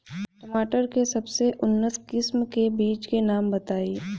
टमाटर के सबसे उन्नत किस्म के बिज के नाम बताई?